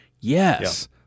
Yes